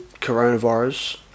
coronavirus